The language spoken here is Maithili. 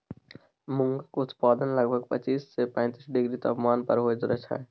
मूंगक उत्पादन लगभग पच्चीस सँ पैतीस डिग्री तापमान पर होइत छै